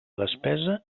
despesa